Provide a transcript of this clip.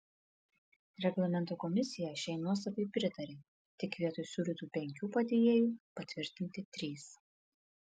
reglamento komisija šiai nuostatai pritarė tik vietoj siūlytų penkių padėjėjų patvirtinti trys